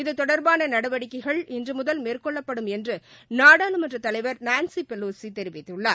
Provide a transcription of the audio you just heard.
இது தொடர்பானநடவடிக்கைகள் இன்றுமுதல் மேற்கொள்ளப்படும் என்றுநாடாளுமன்றதலைவர் நான்ஸி ஃபெலோசிதெரிவித்துள்ளார்